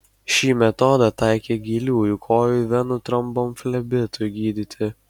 šį metodą taikė giliųjų kojų venų tromboflebitui gydyti